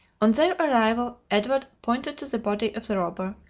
on their arrival, edward pointed to the body of the robber,